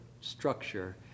structure